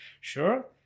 Sure